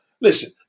Listen